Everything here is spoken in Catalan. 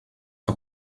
que